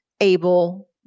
able